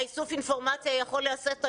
איסוף האינפורמציה יכול להיעשות היום,